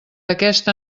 aquesta